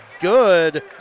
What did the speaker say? good